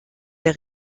der